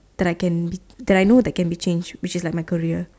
that I can that I know that can be change which is like my career